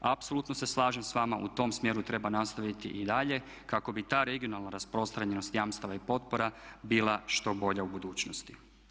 Apsolutno se slažem s vama u tom smjeru treba nastaviti i dalje kako bi ta regionalna rasprostranjenost jamstava i potpora bila što bolja u budućnosti.